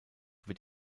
wird